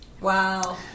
Wow